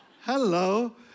Hello